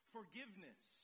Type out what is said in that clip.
Forgiveness